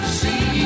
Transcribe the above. see